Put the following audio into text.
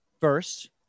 First